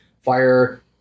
fire